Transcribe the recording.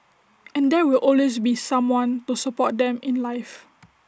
and there will always be someone to support them in life